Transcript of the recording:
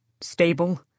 stable